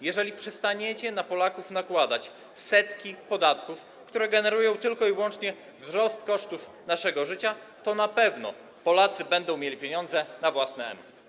Jeżeli przestaniecie na Polaków nakładać setki podatków, które generują tylko i wyłącznie wzrost kosztów naszego życia, to na pewno Polacy będą mieli pieniądze na własne M.